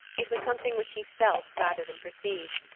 it was something which he felt rather than perceived,